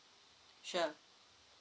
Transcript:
sure